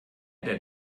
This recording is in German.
der